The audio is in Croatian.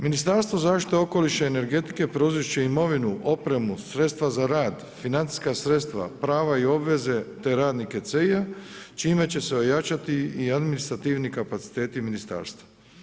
Ministarstvo zaštite okoliša i energetike preuzet će imovinu, opremu, sredstva za rad, financijska sredstva, prava i obveze, te radnike … čime će se ojačati i administrativni kapaciteti ministarstva.